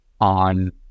on